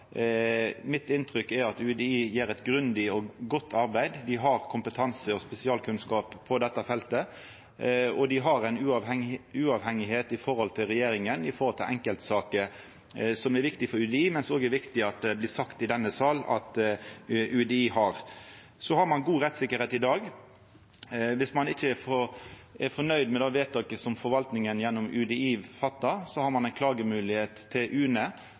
Mitt inntrykk er at UDI gjer eit grundig og godt arbeid. Dei har kompetanse og spesialkunnskap på dette feltet, og dei er uavhengige i forholdet til regjeringa og til enkeltsaker, noko som er viktig for UDI, men som det òg er viktig blir sagt i denne sal. Ein har god rettstryggleik i dag. Dersom ein ikkje er fornøgd med det vedtaket som forvaltninga gjennom UDI fattar, har ein klagemoglegheit til UNE, som òg er eit kompetent organ med spesialkunnskap. Ein har i dag òg moglegheit til